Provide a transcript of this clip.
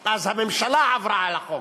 אז הממשלה עברה על החוק.